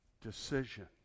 decision